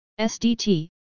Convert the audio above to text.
SDT